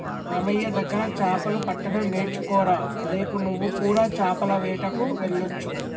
మామయ్య దగ్గర చాపలు పట్టడం నేర్చుకోరా రేపు నువ్వు కూడా చాపల వేటకు వెళ్లొచ్చు